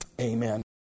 Amen